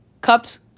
Cups